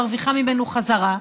מרוויחה ממנו חזרה.